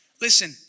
Listen